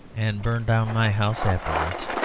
and burn down my house afterwards